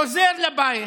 עוזר בבית,